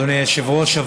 אדוני היושב-ראש,